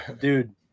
dude